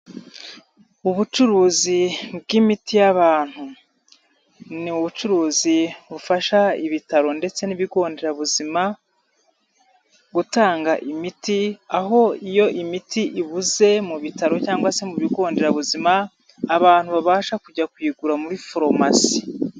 Ubucuruzi bw'imiti y'abantu ni ubucuruzi bufasha ibitaro ndetse n'ibigo nderabuzima gutanga imiti, aho iyo imiti ibuze mu bitaro cyangwa se mu bigo nderabuzima, abantu babasha kujya kuyigura muri farumasi.